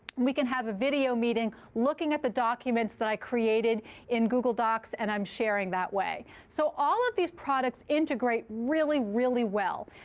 we can have a video meeting, looking at the documents that i created in google docs and i'm sharing that way. so all of these products integrate really, really well.